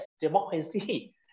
democracy